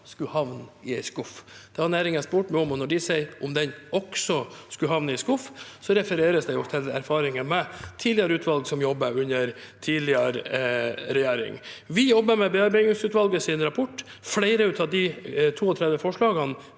skulle havne i en skuff. Det har næringen spurt meg om. Når de spør om den «også» skulle havne i en skuff, refereres det jo til erfaringer med tidligere utvalg som jobbet under tidligere regjering. Vi jobber med bearbeidingsutvalgets rapport. Flere av de 32 forslagene